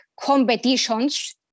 competitions